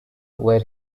were